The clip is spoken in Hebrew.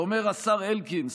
ואומר השר אלקין,